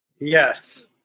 Yes